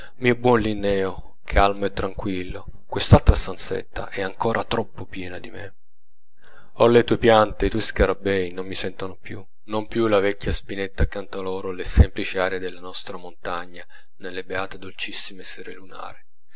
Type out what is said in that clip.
mio buon linneo calmo e tranquillo quest'altra stanzetta è ancora troppo piena di me or le tue piante e i tuoi scarabei non mi sentono più non più la vecchia spinetta canta loro le semplici arie della nostra montagna nelle beate dolcissime sere lunari